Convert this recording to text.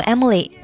Emily